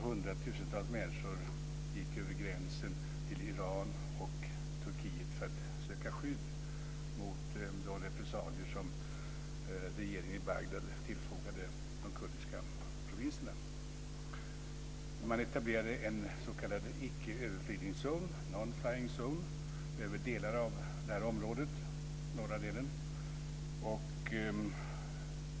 Hundratusentals människor gick över gränsen till Iran och Turkiet för att söka skydd mot de repressalier som regeringen i Bagdad tillfogade de kurdiska provinserna. Man etablerade en s.k. icke-överflygningszon, non flying zone, över den norra delen av det här området.